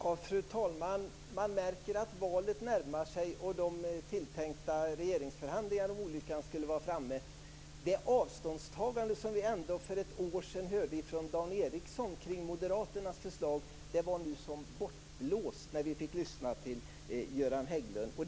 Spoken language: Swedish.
Fru talman! Man märker att valet och de tilltänkta regeringsförhandlingarna, om olyckan skulle vara framme, närmar sig. Det avståndstagande från moderaternas förslag som vi för ett år sedan hörde från Dan Ericsson var nu som bortblåst när vi fick lyssna till Göran Hägglund.